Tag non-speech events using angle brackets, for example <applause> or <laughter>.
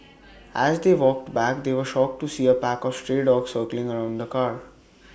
<noise> as they walked back they were shocked to see A pack of stray dogs circling around the car <noise>